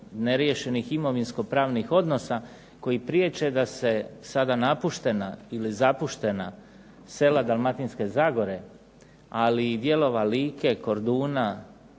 neriješenih imovinsko-pravnih odnosa koji priječe da se sada napuštena ili zapuštena sela Dalmatinske zagore ali i dijelova Like, Korduna,